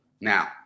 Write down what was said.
Now